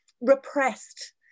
repressed